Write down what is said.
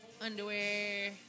Underwear